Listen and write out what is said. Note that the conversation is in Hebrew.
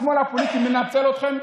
השמאל הפוליטי מנצל אתכם,